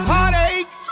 Heartache